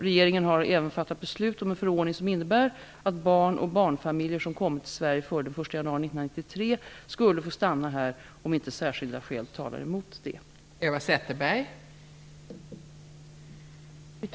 Regeringen har även fattat beslut om en förordning som innebär att barn och barnfamiljer som kommit till Sverige före den 1 januari 1993 skulle få stanna här om inte särskilda skäl talade emot det. 940517 Pass 7+8 Alg